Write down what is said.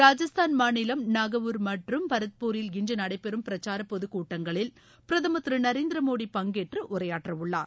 ராஜஸ்தான் மாநிலம் நாகவுர் மற்றும் பரத்பூரில் இன்று நடைபெறும் பிரச்சார பொதுக் கூட்டங்களில் பிரதமர் திரு நரேந்திர மோடி பங்கேற்று உரையாற்ற உள்ளார்